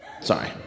sorry